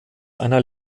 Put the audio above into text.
einer